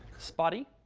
spotty,